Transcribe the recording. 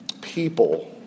people